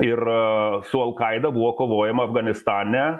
ir su alkaida buvo kovojama afganistane